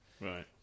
Right